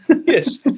yes